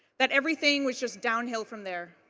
that everything was just downhill from there.